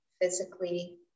physically